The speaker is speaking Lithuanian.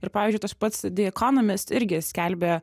ir pavyzdžiui tas pats ekonomist irgi skelbia